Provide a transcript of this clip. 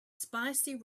spicy